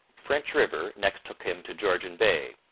french river next took him to georgian bay,